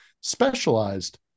specialized